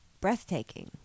breathtaking